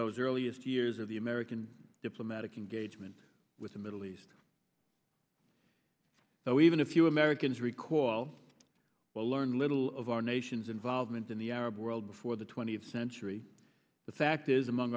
those earliest years of the american diplomatic engagement with the middle east so even if you americans recall well learn little of our nation's involvement in the arab world before the twentieth century the fact is among